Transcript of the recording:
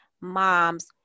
moms